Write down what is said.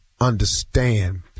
understand